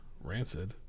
Rancid